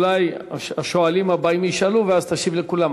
אולי השואלים הבאים ישאלו, ואז תשיב לכולם.